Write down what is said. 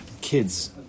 kids